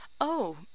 Oh